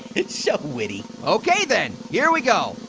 so witty. okay then, here we go.